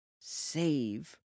save